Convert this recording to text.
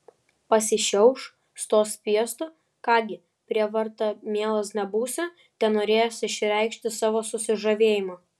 pasišiauš stos piestu ką gi prievarta mielas nebūsi tenorėjęs išreikšti savo susižavėjimą